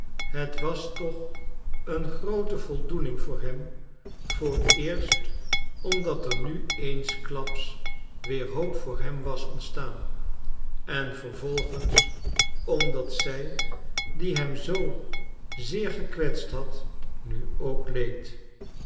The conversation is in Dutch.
het was toch een groote voldoening voor hem vooreerst omdat er nu eensklaps weer hoop voor hem was ontstaan en vervolgens omdat zij die hem zoo zeer gekwetst had nu ook leed